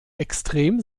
extrem